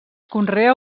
conrea